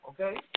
okay